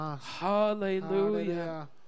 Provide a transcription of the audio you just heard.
hallelujah